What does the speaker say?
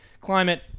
climate